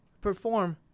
perform